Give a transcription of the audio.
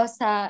sa